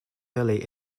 early